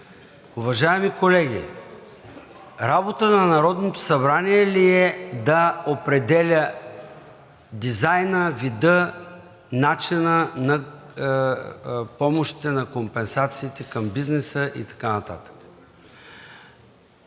Уважаеми колеги, работа на Народното събрание ли е да определя дизайна, вида, начина на помощите, на компенсациите към бизнеса и така